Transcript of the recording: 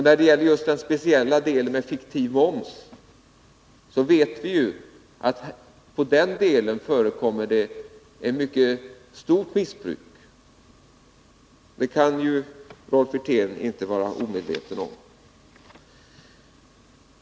När det gäller den speciella frågan om fiktiv moms vet vi, att det på den punkten förekommer ett mycket stort missbruk. Det kan ju Rolf Wirtén inte vara omedveten om.